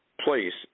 place